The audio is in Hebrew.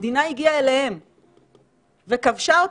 המדינה הגיעה אליהם וכבשה אותם.